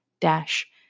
dash